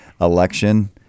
election